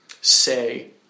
say